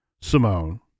Simone